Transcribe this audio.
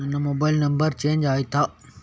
ನನ್ನ mobile number change ಆಯ್ತಾ?